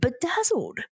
Bedazzled